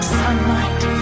sunlight